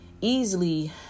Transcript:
easily